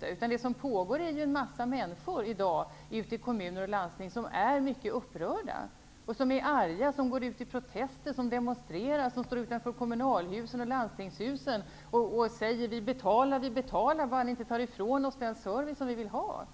Nej, vi ser en massa människor som är mycket upprörda och arga. De går ut i protester och demonstrerar. De står utanför kommunalhusen och landstingshusen och säger: Vi betalar, bara ni inte tar ifrån oss den service som vi vill ha!